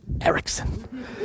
Erickson